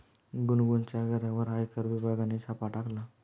गुनगुनच्या घरावर आयकर विभागाने छापा टाकला